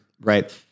right